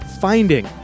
finding